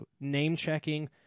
name-checking